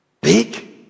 big